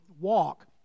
walk